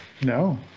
no